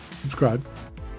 subscribe